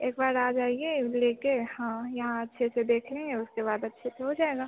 एक बार आ जाइए ले कर हाँ यहाँ अच्छे से देख लें उसके बाद अच्छे से हो जाएगा